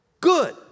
good